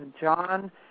John